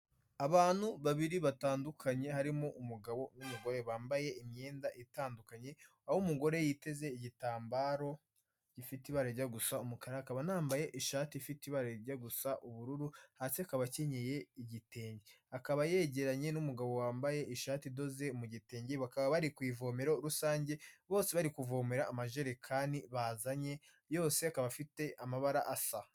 Abantu babiri batandukanye harimo umugabo n'umugore bambaye imyenda itandukanye, aho umugore yiteze igitambaro gifite ibara rijya gusa umukara, akaba anambaye ishati ifite ibara rijya gusa ubururu hasi akaba akinyeye igitenge, akaba yegeranye n'umugabo wambaye ishati idoze mu gitenge bakaba bari ku ivomero rusange bose bari kuvomera amajerekani bazanye yose akaba afite amabara asa.